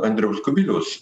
andriaus kubiliaus